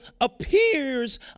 appears